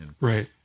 Right